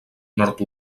nord